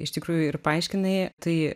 iš tikrųjų ir paaiškinai tai